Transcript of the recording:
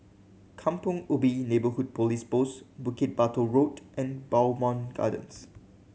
Kampong Ubi Neighbourhood Police Post Bukit Batok Road and Bowmont Gardens